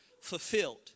fulfilled